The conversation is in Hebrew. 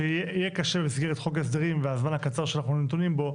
שיהיה קשה במסגרת חוק ההסדרים והזמן הקצר שאנחנו נתונים בו,